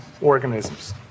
organisms